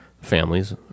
families